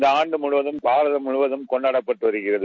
இந்த ஆண்டு முழுவதம் பாரதம் முழுவதம் கொண்டாடப்பட்டு வருகிறது